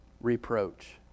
reproach